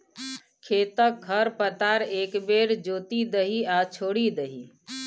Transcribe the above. खेतक खर पतार एक बेर जोति दही आ छोड़ि दही